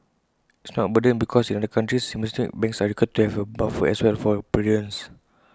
it's not A burden because in other countries systemic banks are required to have A buffer as well for prudence